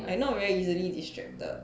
I not very easily distracted